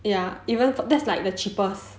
ya that's like the cheapest